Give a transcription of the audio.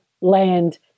land